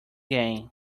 gain